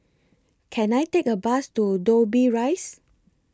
Can I Take A Bus to Dobbie Rise